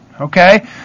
Okay